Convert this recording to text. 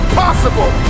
possible